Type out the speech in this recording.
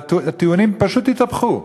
והטיעונים פשוט התהפכו: